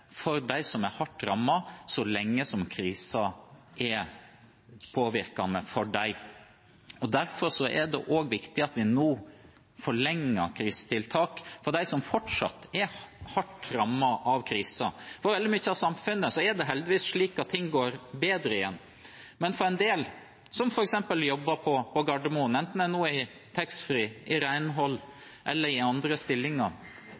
for forutsigbarhet for de som er hardt rammet, så lenge krisen påvirker dem. Derfor er det også viktig at vi nå forlenger krisetiltakene for dem som fortsatt er hardt rammet av krisen. For veldig mye av samfunnet er det heldigvis slik at ting går bedre igjen, men for en del, f.eks. de som jobber på Gardermoen – enten det er i taxfree, renhold eller andre stillinger